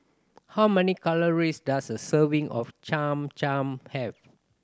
how many calories does a serving of Cham Cham have